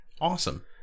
Awesome